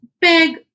big